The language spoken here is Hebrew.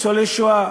ניצולי שואה.